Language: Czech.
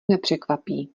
nepřekvapí